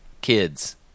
kids